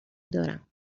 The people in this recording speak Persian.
دارم